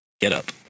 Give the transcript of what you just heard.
getup